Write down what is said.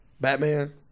Batman